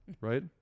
right